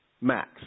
max